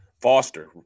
Foster